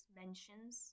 mentions